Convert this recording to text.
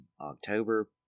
October